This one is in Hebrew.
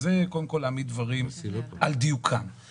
אז זה קודם כל להעמיד דברים על דיוקם.